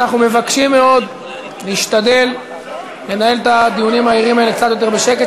אנחנו מבקשים מאוד להשתדל לנהל את הדיונים הערים האלה קצת יותר בשקט,